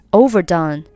overdone